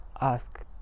ask